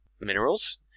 minerals